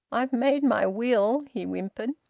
i've made my will, he whimpered.